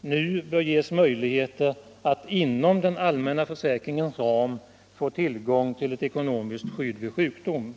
nu bör ges möjligheter att inom den allmänna försäkringens ram få tillgång till ett ekonomiskt skydd vid sjukdom.